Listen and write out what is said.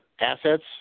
assets